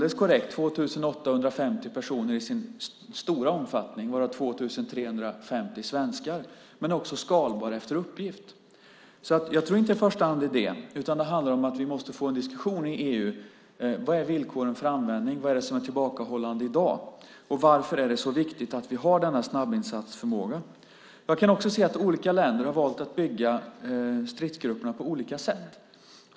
Den har 2 850 personer i sin stora omfattning - alldeles korrekt - varav 2 350 svenskar. Men den är också skalbar efter uppgift. Jag tror inte att det i första hand är det. Det handlar om att vi måste få en diskussion i EU om villkoren för användning. Vad är det som är tillbakahållande i dag? Varför är det så viktigt att vi har denna snabbinsatsförmåga? Olika länder har valt att bygga stridsgrupperna på olika sätt.